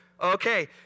Okay